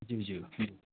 ज्यू ज्यू ज्यू